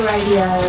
Radio